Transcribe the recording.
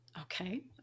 Okay